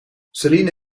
céline